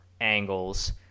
angles